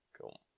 Cool